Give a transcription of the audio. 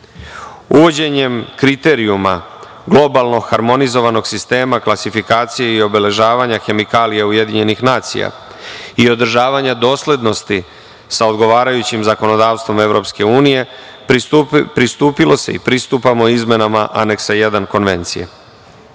Uvođenjem kriterijuma globalno harmonizovanog sistema, klasifikacije i obeležavanja hemikalija UN i održavanja doslednosti sa odgovarajućim zakonodavstvom EU, pristupilo se i pristupamo izmenama Aneksa 1. konvencije.